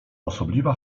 osobliwa